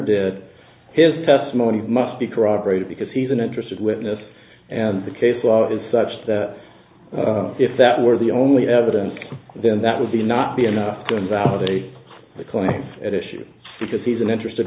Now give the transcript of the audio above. that his testimony must be corroborated because he's an interested witness and the case law is such that if that were the only evidence then that would be not be enough to invalidate the claim at issue because he's an interest